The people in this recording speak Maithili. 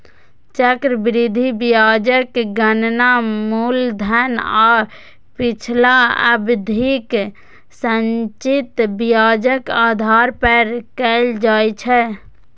चक्रवृद्धि ब्याजक गणना मूलधन आ पिछला अवधिक संचित ब्याजक आधार पर कैल जाइ छै